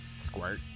squirt